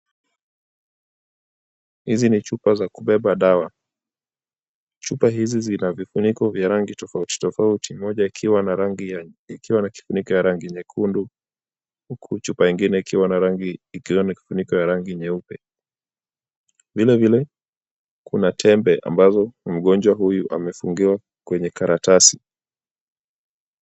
Hizi ni chupa za kubeba dawa. Chupa hizi zina vifuniko vya rangi tofauti tofauti, moja ikiwa na kifuniko ya rangi nyekundu, huku ingine ikiwa na kifuniko ya rangi nyeupe. Vilevile kuna tembe ambazo mgonjwa huyu amefungiwa kwenye karatasi.